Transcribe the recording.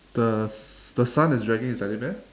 the s~ the son is dragging a teddy bear